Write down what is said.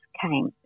came